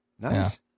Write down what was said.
Nice